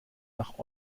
nach